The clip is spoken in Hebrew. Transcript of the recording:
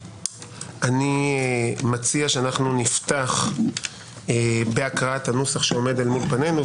אני מציע שנפתח בהקראת הנוסח שעומד אל מול פנינו,